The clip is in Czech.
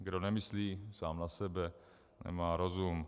Kdo nemyslí sám na sebe, nemá rozum.